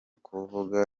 kuvuga